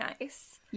nice